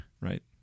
right